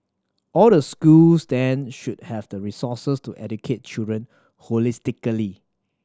all the schools then should have the resources to educate children holistically